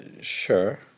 Sure